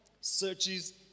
searches